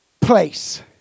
place